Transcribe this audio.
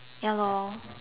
ya lor